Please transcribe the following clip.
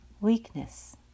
weakness